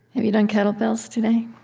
have you done kettlebells today?